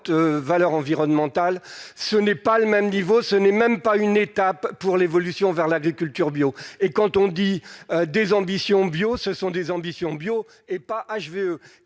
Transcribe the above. valeur environnementale, ce n'est pas le même niveau, ce n'est même pas une étape pour l'évolution vers l'agriculture bio et quand on dit des ambitions bio, ce sont des ambitions bio et pas